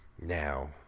Now